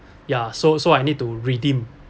ya so so I need to redeem